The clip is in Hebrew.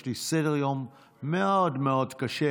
יש לי סדר-יום מאוד מאוד קשה,